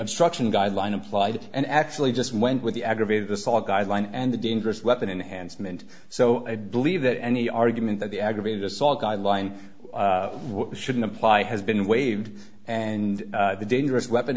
obstruction guideline applied and actually just went with the aggravated assault guideline and a dangerous weapon enhancement so i believe that any argument that the aggravated assault guideline shouldn't apply has been waived and the dangerous weapon